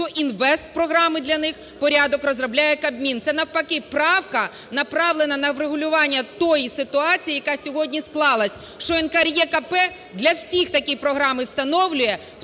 то інвестпрограми для них порядок розробляє Кабмін. Це, навпаки, правка направлена на врегулювання тої ситуації, яка сьогодні склалась, що НКРЕКП для всіх такі програми встановлює